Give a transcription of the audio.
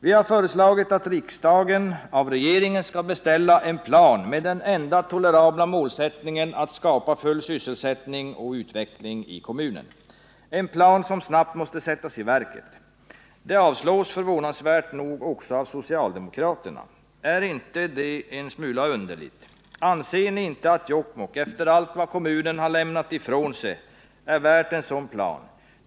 Vi har föreslagit att riksdagen av regeringen skall beställa en plan med den enda tolerabla målsättningen att skapa full sysselsättning och utveckling, en plan som snabbt måste sättas i verket. Detta avslås, förvånansvärt nog också av socialdemokraterna. Är inte det underligt? Anser ni inte att Jokkmokk, efter allt vad kommunen har lämnat ifrån sig, är värt en sådan plan?